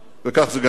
וכך זה גם יהיה.